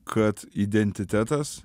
kad identitetas